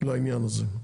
לעניין הזה.